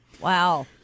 Wow